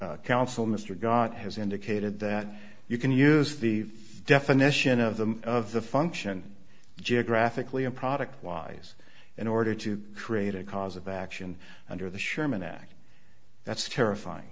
lawsuit counsel mr got has indicated that you can use the definition of the of the function geographically and product wise in order to create a cause of action under the sherman act that's terrifying